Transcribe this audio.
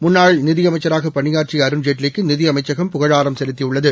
முன்னாள் நிதியமைச்சராக பணியாற்றிய அருண்ஜேட்லிக்கு நிதியமைச்சகம் புகழாரம் செலுத்தியுள்ளது